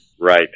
Right